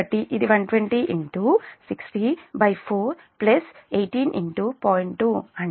2 అంటే 1803